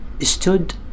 stood